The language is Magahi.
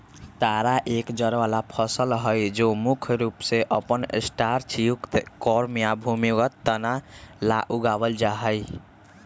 तारा एक जड़ वाला फसल हई जो मुख्य रूप से अपन स्टार्चयुक्त कॉर्म या भूमिगत तना ला उगावल जाहई